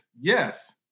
Yes